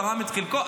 תרם את חלקו,